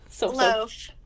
Loaf